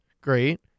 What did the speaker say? great